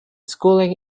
schooling